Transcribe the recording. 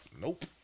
nope